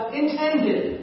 intended